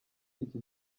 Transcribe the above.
iki